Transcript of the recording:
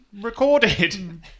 recorded